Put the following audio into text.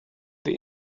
the